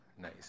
Nice